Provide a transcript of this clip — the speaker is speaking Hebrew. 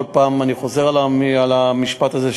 כל פעם אני חוזר על המשפט הזה,